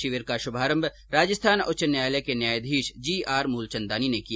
शिविर का शुभारंभ राजस्थान उच्च न्यायालय के न्यायाधीश जी आर मूलचंदानी ने किया